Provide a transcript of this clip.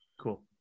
Cool